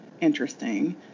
interesting